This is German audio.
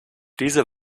diese